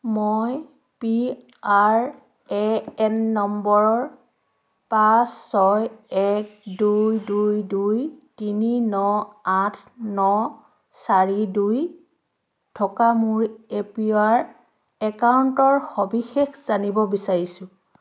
মই P R A N নম্বৰৰ পাঁচ ছয় এক দুই দুই দুই তিনি ন আঠ ন চাৰি দুই থকা মোৰ এ পি ৱাই একাউণ্টৰ সবিশেষ জানিব বিচাৰিছোঁ